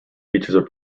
features